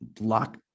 lock